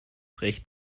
recht